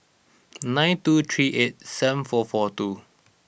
nine two three eight seven four four two